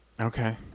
Okay